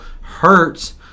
hurts